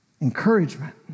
encouragement